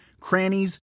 crannies